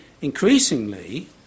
increasingly